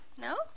No